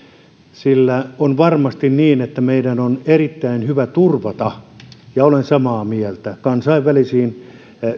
on varmasti niin että meidän on erittäin hyvä turvata ja olen samaa mieltä kansainvälisiin